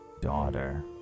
Daughter